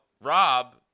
Rob